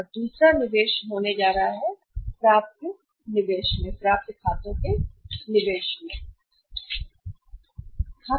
और दूसरा निवेश जहां होने जा रहा है कि प्राप्य में निवेश कितना है